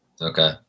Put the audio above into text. Okay